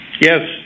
Yes